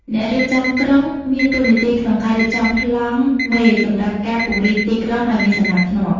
អ្នករៀបចំក្រុងមានតួនាទីក្នុងការរៀបចំប្លង់មេសម្រាប់ការពង្រីកទីក្រុងឱ្យមានសណ្តាប់ធ្នាប់។